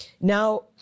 Now